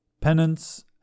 Penance